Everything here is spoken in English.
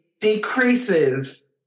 decreases